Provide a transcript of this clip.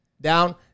down